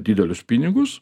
didelius pinigus